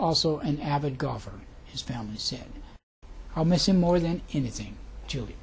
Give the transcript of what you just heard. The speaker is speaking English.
also an avid golfer his family said i'll miss him more than anything julie